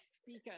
speaker